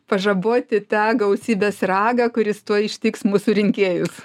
pažaboti tą gausybės ragą kuris tuoj ištiks mūsų rinkėjus